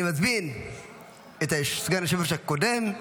אני מזמין את סגן היושב-ראש הקודם,